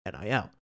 NIL